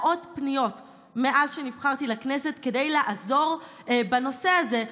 מאות פניות מאז שנבחרתי לכנסת כדי לעזור בנושא הזה.